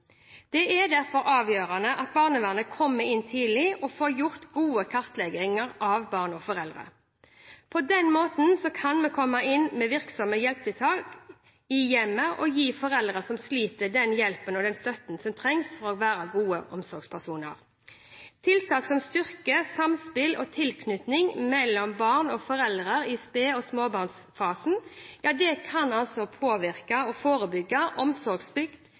Det er derfor avgjørende at barnevernet kommer inn tidlig og får gjort gode kartlegginger av barn og foreldre. På den måten kan vi komme inn med virksomme hjelpetiltak i hjemmet og gi foreldre som sliter, den hjelpen og den støtten som trengs for å være gode omsorgspersoner. Tiltak som styrker samspill og tilknytning mellom barn og foreldre i sped- og småbarnsfasen, kan forebygge omsorgssvikt og psykiske og